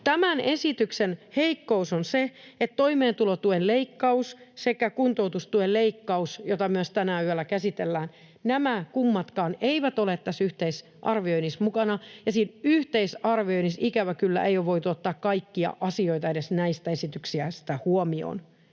Tämän esityksen heikkous on se, että toimeentulotuen leikkaus sekä kuntoutustuen leikkaus — jota myös tänään yöllä käsitellään — eivät kummatkaan ole tässä yhteisarvioinnissa mukana. Siinä yhteisarvioinnissa, ikävä kyllä, ei ole voitu ottaa kaikkia asioita edes näistä esityksistä huomioon,